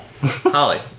Holly